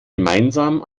gemeinsam